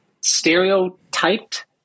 stereotyped